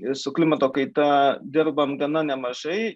ir su klimato kaita dirbame gan nemažai